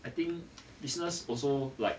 I think business also like